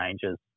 changes